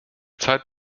zeit